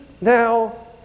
now